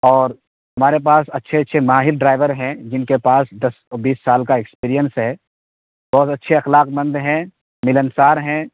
اور ہمارے پاس اچھے اچھے ماہر ڈرائیور ہیں جن کے پاس دس اور بیس سال کا ایکسپیرئنس ہے بہت اچھے اخلاق مند ہیں ملنسار ہیں